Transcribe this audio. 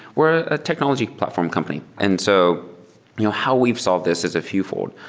we're a technology platform company. and so you know how we've solved this, it's a few fold.